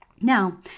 Now